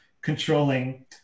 controlling